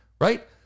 right